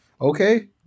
okay